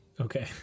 Okay